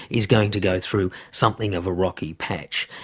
is going to go through something of a rocky patch.